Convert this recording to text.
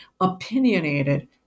opinionated